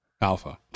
alpha